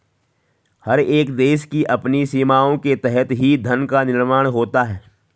हर एक देश की अपनी सीमाओं के तहत ही धन का निर्माण होता है